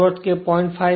મારો અર્થ 0